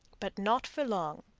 but not for long.